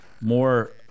more